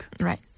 right